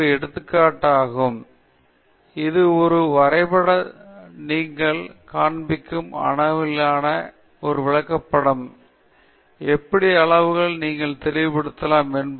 எனவே இது ஒரு எடுத்துக்காட்டு ஆகும் அது ஒரு வரைபடத்தை நீங்கள் காண்பிக்கும் அணு அளவிலான விஷயங்களை எவ்வாறு விளக்குகிறது எப்படி பல்வேறு அளவுகளை நீங்கள் தொடர்புபடுத்தலாம்